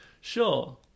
sure